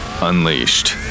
Unleashed